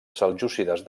seljúcides